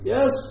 Yes